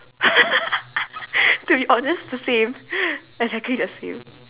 to be honest the same exactly the same